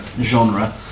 genre